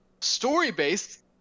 story-based